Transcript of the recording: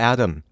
Adam